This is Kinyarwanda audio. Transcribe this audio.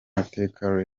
mateka